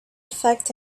affect